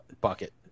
bucket